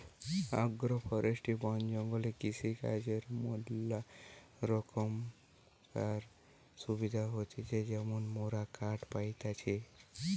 agro forestry বন জঙ্গলে কৃষিকাজর ম্যালা রোকমকার সুবিধা হতিছে যেমন মোরা কাঠ পাইতেছি